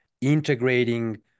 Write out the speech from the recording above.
integrating